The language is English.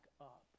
up